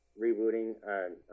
rebooting